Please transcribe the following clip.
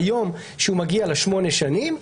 ביום שהוא מגיע לשמונה שנים,